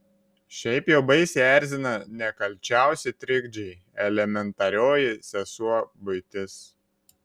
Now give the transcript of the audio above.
šiaip jau baisiai erzina nekalčiausi trikdžiai elementarioji sesuo buitis